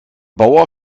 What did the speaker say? bauer